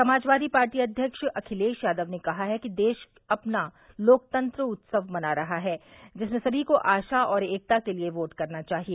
Samajwadi party अध्यक्ष अखिलेश यादव ने कहा है कि देश अपना लोकतंत्र उत्सव मना रहा है जिसमें सभी को आशा और एकता के लिए वोट करना चाहिए